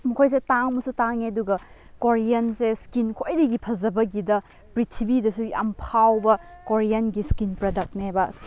ꯃꯈꯣꯏꯁꯦ ꯇꯥꯡꯕꯁꯨ ꯇꯥꯡꯉꯦ ꯑꯗꯨꯒ ꯀꯣꯔꯤꯌꯥꯟꯁꯦ ꯁ꯭ꯀꯤꯟ ꯈ꯭ꯋꯥꯏꯗꯒꯤ ꯐꯖꯕꯒꯤꯗ ꯄ꯭ꯔꯤꯊꯤꯕꯤꯗꯁꯨ ꯌꯥꯝ ꯐꯥꯎꯕ ꯀꯣꯔꯤꯌꯥꯟꯒꯤ ꯁ꯭ꯀꯤꯟ ꯄ꯭ꯔꯗꯛꯅꯦꯕ